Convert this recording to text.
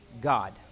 God